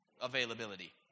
availability